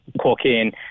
cocaine